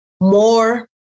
more